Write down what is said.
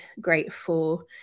grateful